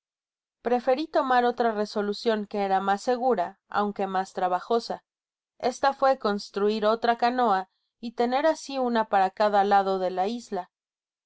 preferi tomar otra resolucion que era mas segura aunque mas trabajosa esta fué construir otra canoa y tener asi una para cada lado de la isla